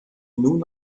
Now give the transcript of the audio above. nun